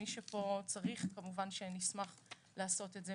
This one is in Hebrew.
מי שפה צריך, כמובן שנשמח לעשות את זה.